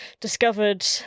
discovered